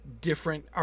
different